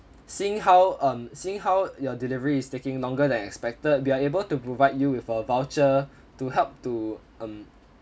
seeing how um seeing how your delivery is taking longer than expected we are able to provide you with our voucher to help to um